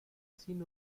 sin